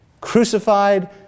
crucified